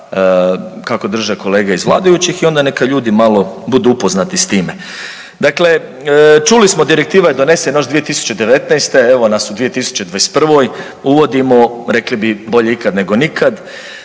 kako drže kolege iz vladajućih i onda neka ljudi budu malo upoznati s time. Dakle, čuli smo, direktiva je donesena 2019., evo nas u 2021., uvodimo rekli bi, bolje ikad nego nikad,